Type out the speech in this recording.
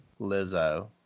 Lizzo